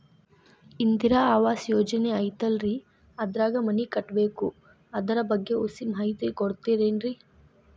ಇಂದಿರಾ ಆವಾಸ ಯೋಜನೆ ಐತೇಲ್ರಿ ಅದ್ರಾಗ ಮನಿ ಕಟ್ಬೇಕು ಅದರ ಬಗ್ಗೆ ಒಸಿ ಮಾಹಿತಿ ಕೊಡ್ತೇರೆನ್ರಿ?